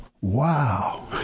wow